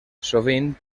sovint